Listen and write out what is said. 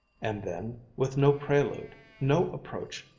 and then, with no prelude, no approach,